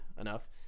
enough